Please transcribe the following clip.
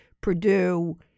Purdue